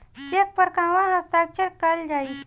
Check पर कहवा हस्ताक्षर कैल जाइ?